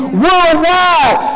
worldwide